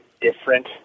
different